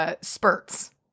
spurts